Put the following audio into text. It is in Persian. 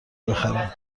بخرم